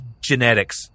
genetics